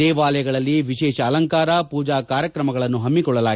ದೇವಾಲಯಗಳಲ್ಲಿ ವಿಶೇಷ ಅಲಂಕಾರ ಪೂಜಾ ಕಾರ್ಯಕ್ರಮಗಳನ್ನು ಹಮ್ಮಿಕೊಳ್ಳಲಾಗಿದೆ